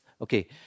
Okay